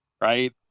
Right